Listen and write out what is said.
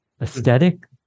Aesthetic